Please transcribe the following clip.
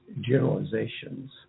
generalizations